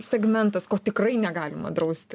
segmentas ko tikrai negalima drausti